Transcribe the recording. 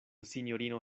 sinjorino